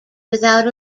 without